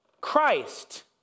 Christ